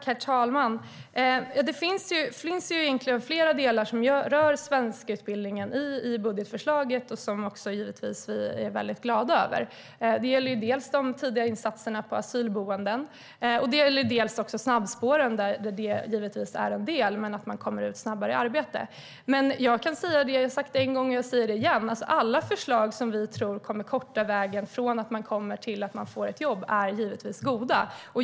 Herr talman! Det finns flera delar som rör svenskutbildningen i budgetförslaget och som vi givetvis är glada över. Det gäller dels de tidiga insatserna på asylboenden, dels snabbspåren där det är en del som gör att man kommer ut snabbare i arbete. Jag har sagt det en gång och kan säga det igen: Alla förslag som vi tror kortar vägen från att man kommer hit till att man får ett jobb är goda.